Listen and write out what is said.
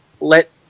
let